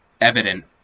evident